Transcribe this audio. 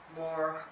more